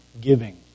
giving